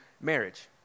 marriage